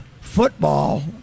football